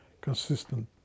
consistent